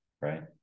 right